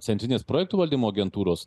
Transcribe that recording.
centrinės projektų valdymo agentūros